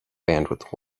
bandwidth